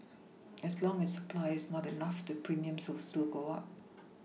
as long as supply is not enough the premiums will still go up